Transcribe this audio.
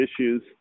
issues